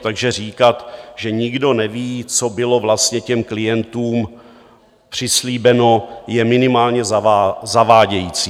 Takže říkat, že nikdo neví, co bylo vlastně těm klientům přislíbeno, je minimálně zavádějící.